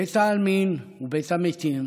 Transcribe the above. בית העלמין הוא בית, בית המתים